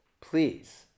Please